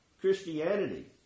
Christianity